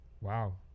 Wow